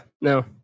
no